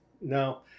No